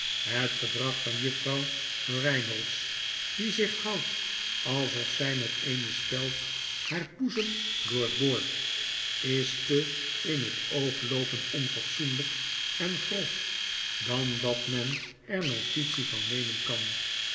het gedrag van juffrouw eeynolds die zich houdt alsof zy met eene speld haar boezem doorboort is tein het oogloopend onfatsoenlyk en grof dan dat men er notitie van nemen kan